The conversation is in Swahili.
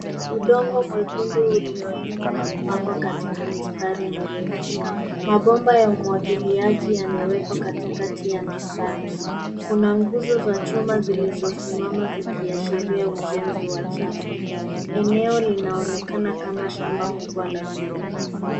Udongo mwekundu uliolimwa umepangwa katika mistari mirefu. Mabomba ya umwagiliaji yamewekwa katikati ya mistari. Kuna nguzo za chuma zilizosimama zikiashiria ujenzi wa chafu. Eneo linaonekana kama shamba kubwa la kilimo.